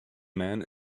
men